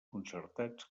concertats